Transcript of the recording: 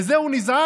לזה הוא נזעק?